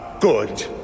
good